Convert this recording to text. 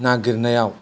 नागिरनायाव